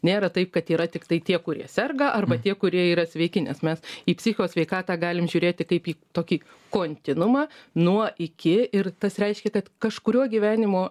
nėra taip kad yra tiktai tie kurie serga arba tie kurie yra sveiki nes mes į psicho sveikatą galim žiūrėti taip į tokį kontinuumą nuo iki ir tas reiškia kad kažkuriuo gyvenimo